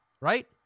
Right